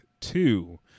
two